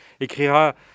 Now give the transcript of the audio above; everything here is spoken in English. écrira